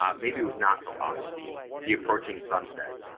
um maybe, was not so obvious the approaching sunset.